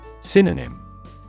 Synonym